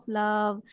love